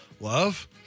Love